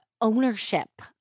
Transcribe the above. ownership